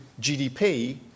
GDP